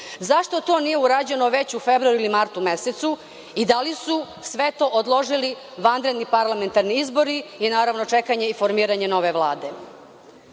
Zašto to nije urađeno već u februaru ili martu mesecu i da li su sve to odložili vanredni parlamentarni izbori i naravno čekanje i formiranje nove Vlade?